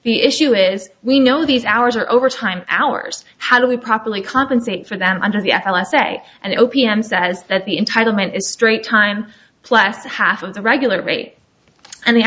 the issue is we know these hours are overtime hours how do we properly compensate for them under the l s a and o p m says that the entitle ment is straight time pless half of the regular rate and the